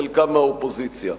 חלקם מהאופוזיציה.